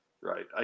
Right